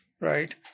Right